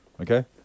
Okay